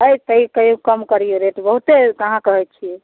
है तैओ कहिऔ कम करिऔ रेट बहुत्ते अहाँ कहैत छिऐ